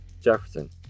Jefferson